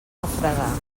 refredar